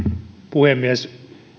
puhemies